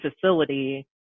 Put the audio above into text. facility